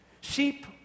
Sheep